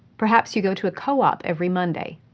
perhaps you go to a co-op every monday.